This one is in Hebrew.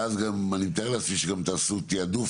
שאז גם אני מתאר לעצמי שגם תעשו תעדוף